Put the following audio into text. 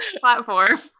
platform